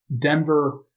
Denver –